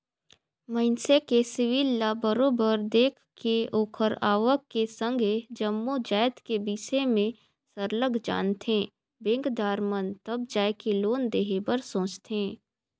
मइनसे के सिविल ल बरोबर देख के ओखर आवक के संघ ए जम्मो जाएत के बिसे में सरलग जानथें बेंकदार मन तब जाएके लोन देहे बर सोंचथे